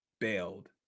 bailed